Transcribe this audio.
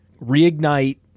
reignite